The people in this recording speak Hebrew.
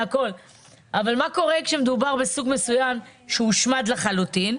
אבל מה קורה כשמדובר בסוג מסוים שהושמד לחלוטין?